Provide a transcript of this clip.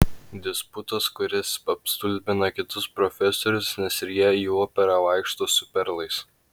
disputas kuris apstulbina kitus profesorius nes ir jie į operą vaikšto su perlais